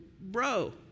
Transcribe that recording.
bro